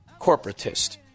corporatist